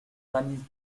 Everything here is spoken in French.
granit